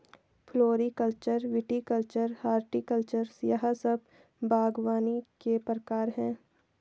floriculture, viticulture, horticulture यह सब बागवानी के प्रकार है